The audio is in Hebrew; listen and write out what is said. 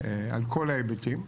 על כל ההיבטים.